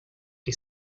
que